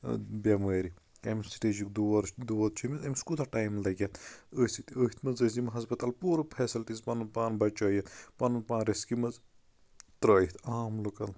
بٮ۪مٲر کمہِ سِٹیجُک دور دود چھُ أمِس أمِس کوٗتاہ ٹایم لگہِ اَتھ أتھۍ سۭتۍ أتھۍ منٛز أسۍ یِم ہٮسپَتال پوٗرٕ فیسلٹیٖز پَنُن پان بَچٲیِتھ پَنُن پان رِسکہِ منٛز ترٲیِتھ عام لُکن